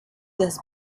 das